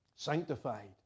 sanctified